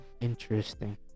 Interesting